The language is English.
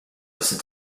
listen